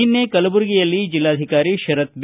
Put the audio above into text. ನಿನ್ನೆ ಕಲಬುರಗಿಯಲ್ಲಿ ಜಲ್ಲಾಧಿಕಾರಿ ಶರತ್ ಬಿ